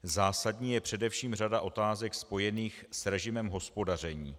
Zásadní je především řada otázek spojených s režimem hospodaření.